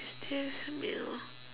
tastiest meal